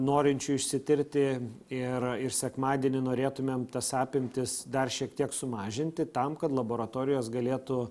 norinčių išsitirti ir ir sekmadienį norėtumėm tas apimtis dar šiek tiek sumažinti tam kad laboratorijos galėtų